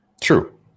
True